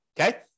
okay